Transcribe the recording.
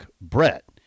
Brett